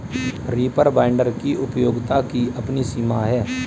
reaper binder की उपयोगिता की अपनी सीमा है